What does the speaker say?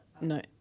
no